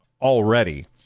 already